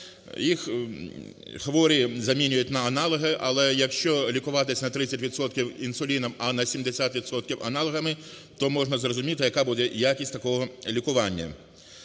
Їх хворі замінюють на аналоги, але, якщо лікуватися на 30 відсотків інсуліном, а на 70 відсотків аналогами, то можна зрозуміти, яка буде якість такого лікування.